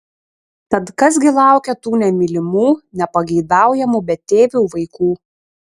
tad kas gi laukia tų nemylimų nepageidaujamų betėvių vaikų